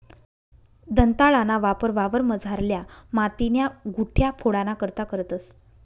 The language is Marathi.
दंताळाना वापर वावरमझारल्या मातीन्या गुठया फोडाना करता करतंस